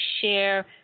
share